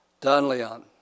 Donleon